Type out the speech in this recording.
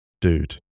dude